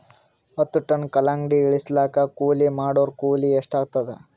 ಹತ್ತ ಟನ್ ಕಲ್ಲಂಗಡಿ ಇಳಿಸಲಾಕ ಕೂಲಿ ಮಾಡೊರ ಕೂಲಿ ಎಷ್ಟಾತಾದ?